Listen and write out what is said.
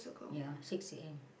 ya six a_m